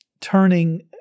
turning